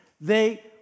They